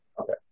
Okay